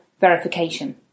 verification